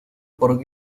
por